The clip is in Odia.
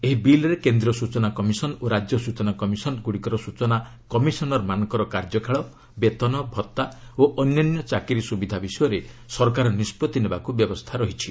ଏହି ବିଲ୍ରେ କେନ୍ଦ୍ରୀୟ ସ୍ଚଚନା କମିଶନ୍ ଓ ରାଜ୍ୟ ସ୍ଚଚନା କମିଶନ୍ଗୁଡ଼ିକର ସୂଚନା କମିଶନର୍ମାନଙ୍କ କାର୍ଯ୍ୟକାଳ ବେତନ ଭତ୍ତା ଓ ଅନ୍ୟାନ୍ୟ ଚାକିରି ସୁବିଧା ବିଷୟରେ ସରକାର ନିଷ୍କଭି ନେବାକୁ ବ୍ୟବସ୍ଥା ରହିଛି